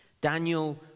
Daniel